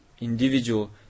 individual